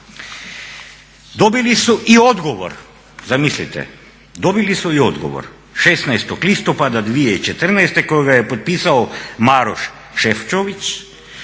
Dobili su i odgovor, zamislite, dobili su i odgovor 16. listopada 2014. kojega je potpisao Maroš Šefčovič